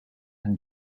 and